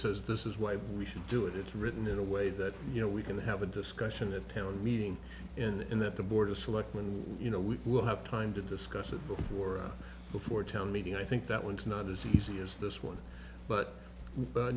says this is why we should do it it's written in a way that you know we can have a discussion a town meeting in the in that the board of selectmen you know we will have time to discuss it before before a town meeting i think that when it's not as easy as this one but but